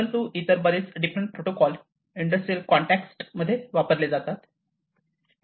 परंतु इतर बरेच डिफरंट प्रोटोकॉल इंडस्ट्रियल कॉन्टेक्सट मध्ये वापरले जातात